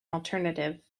alternative